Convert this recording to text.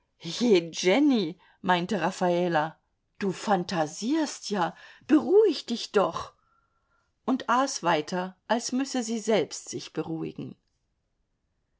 jenny meinte raffala du phantasierst ja beruhig dich doch und aß weiter als müsse sie selbst sich beruhigen